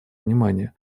внимание